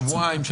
שבועיים,